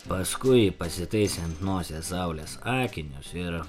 paskui ji pasitaisė ant nosies saulės akinius ir